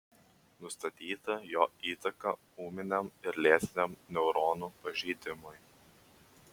nustatyta jo įtaka ūminiam ir lėtiniam neuronų pažeidimui